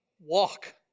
walk